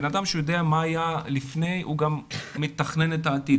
אדם שיודע מה היה לפני הוא גם מתכנן את העתיד,